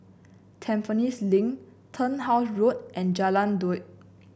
Tampines Link Turnhouse Road and Jalan Daud